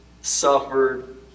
suffered